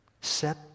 set